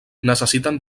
necessiten